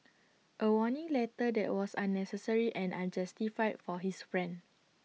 A warning letter that was unnecessary and unjustified for his friend